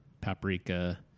paprika